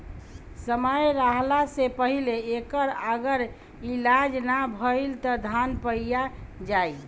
समय रहला से पहिले एकर अगर इलाज ना भईल त धान पइया जाई